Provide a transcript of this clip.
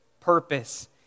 purpose